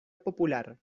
popular